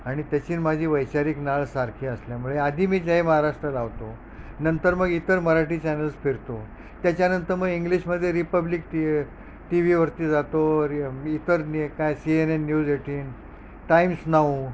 आणि त्याची आणि माझी वैचारिक नाळ सारखी असल्यामुळे आधी मी जे महाराष्ट्र लावतो नंतर मग इतर मराठी चॅनल्स फिरतो त्याच्यानंतर मग इंग्लिशमध्ये रिपब्लिक टी वीवरती जातो रि इतर नि काय C N N news eighteen Times now